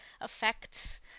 affects